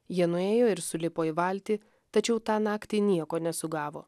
jie nuėjo ir sulipo į valtį tačiau tą naktį nieko nesugavo